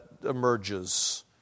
emerges